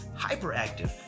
hyperactive